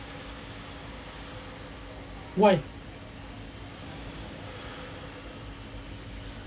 why